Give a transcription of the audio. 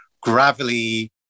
gravelly